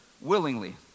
Willingly